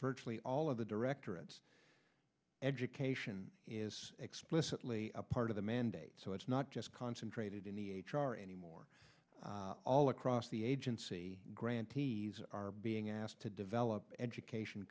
virtually all of the directorates education is explicitly a part of the mandate so it's not just concentrated in the h r anymore all across the agency grantees are being asked to develop education